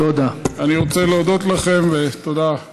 אני רוצה להודות לכם, תודה, כבוד היושב-ראש.